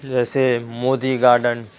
جیسے مودی گارڈن